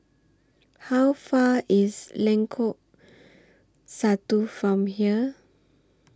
How Far IS Lengkok Satu from here